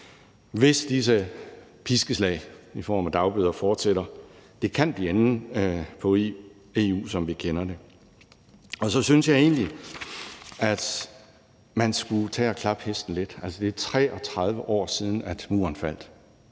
Hvis disse piskeslag i form af dagbøder fortsætter, kan det blive enden på EU, som vi kender det. Så synes jeg egentlig, at man skulle tage og klappe hesten lidt. Det er 33 år siden, at Muren faldt;